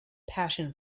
passion